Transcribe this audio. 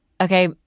Okay